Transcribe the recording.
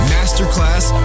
Masterclass